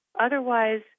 Otherwise